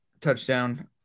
touchdown